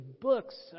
books